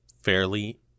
fairly –